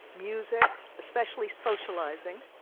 music, especially socializing.